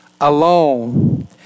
alone